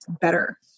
better